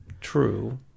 true